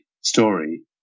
story